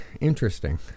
interesting